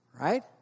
Right